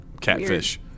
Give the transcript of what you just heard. Catfish